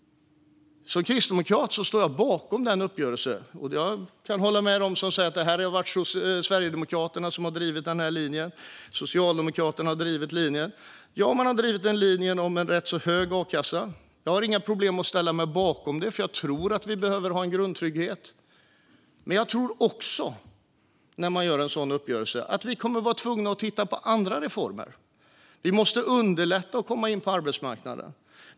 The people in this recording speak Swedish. Som kristdemokrat står jag bakom uppgörelsen. Jag kan hålla med dem som säger att det är Sverigedemokraterna och Socialdemokraterna som har drivit linjen om en rätt hög a-kassa. Jag har inga problem att ställa mig bakom det, för jag tror att vi behöver ha en grundtrygghet. Men jag tror också att man, när man gör en uppgörelse, är tvungen att titta på andra reformer. Vi måste underlätta för människor att komma in på arbetsmarknaden.